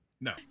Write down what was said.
No